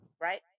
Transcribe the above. Right